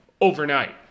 overnight